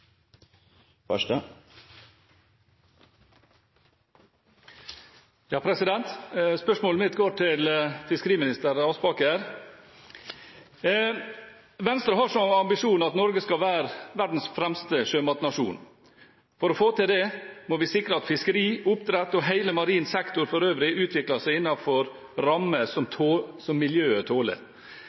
ambisjon at Norge skal være verdens fremste sjømatnasjon. For å få til det må vi sikre at fiskeri, oppdrett og hele marin sektor for øvrig utvikler seg innenfor rammer som miljøet tåler.